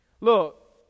Look